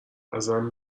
ازم